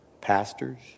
Pastors